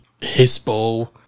Hispo